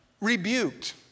rebuked